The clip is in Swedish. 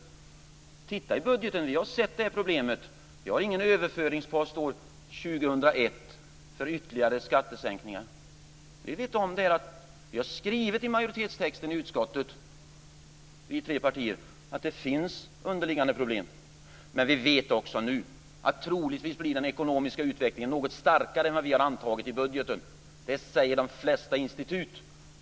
Titta i budgeten! Vi har sett det problemet. Vi har ingen överföringspost år 2001 för ytterligare skattesänkningar. Vi vet om det. Vi tre partier har skrivit i majoritetstexten i utskottet att det finns underliggande problem. Men vi vet också nu att den ekonomiska utvecklingen troligtvis blir något starkare än vad vi har antagit i budgeten. Det säger de flesta institut.